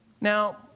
now